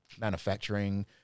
manufacturing